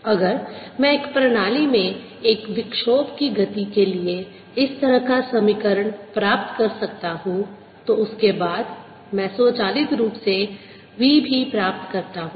अगर मैं एक प्रणाली में एक विक्षोभ की गति के लिए इस तरह एक समीकरण प्राप्त कर सकता हूं तो उसके बाद मैं स्वचालित रूप से v भी प्राप्त करता हूं